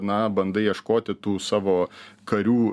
na bandai ieškoti tų savo karių